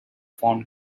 found